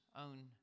own